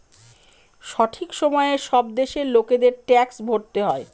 সঠিক সময়ে সব দেশের লোকেদের ট্যাক্স ভরতে হয়